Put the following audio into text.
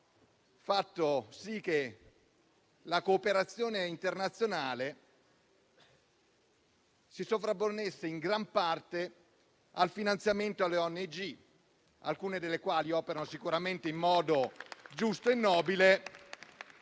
fatto sì che la cooperazione internazionale si sovrapponesse in gran parte al finanziamento alle ONG, alcune delle quali operano sicuramente in modo giusto e nobile,